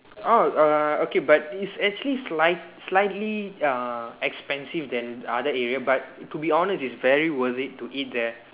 oh err okay but it's actually slight slightly err expensive than other areas but to be honest it's very worth it to eat there